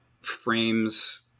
frames